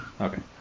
Okay